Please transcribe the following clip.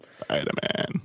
Spider-Man